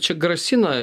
čia grasina